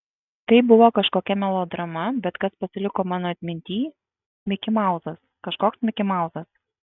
tai buvo kažkokia melodrama bet kas pasiliko mano atmintyj mikimauzas kažkoks mikimauzas